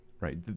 right